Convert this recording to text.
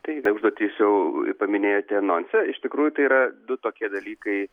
tai užduotis jau paminėjote anonse iš tikrųjų tai yra du tokie dalykai